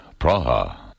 Praha